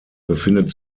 befindet